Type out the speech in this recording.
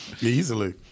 Easily